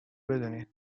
بدونین